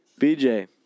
BJ